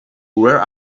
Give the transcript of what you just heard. where